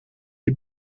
die